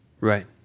Right